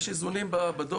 יש איזונים בדוח.